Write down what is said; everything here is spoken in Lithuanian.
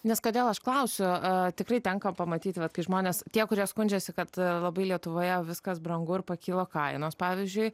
nes kodėl aš klausiu tikrai tenka pamatyti vat kai žmonės tie kurie skundžiasi kad labai lietuvoje viskas brangu ir pakilo kainos pavyzdžiui